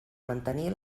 mantenir